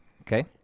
okay